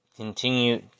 Continue